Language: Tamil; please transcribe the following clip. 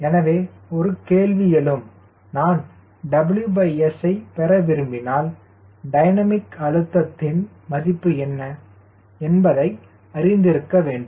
எனவே ஒரு கேள்வி எழும் நான் WS ஐ பெற விரும்பினால் டைனமிக் அழுத்தத்தின் மதிப்பு என்ன என்பதை அறிந்திருக்க வேண்டும்